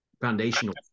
foundational